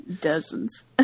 Dozens